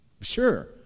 Sure